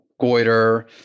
goiter